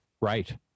Right